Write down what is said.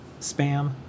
spam